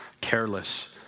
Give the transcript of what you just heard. careless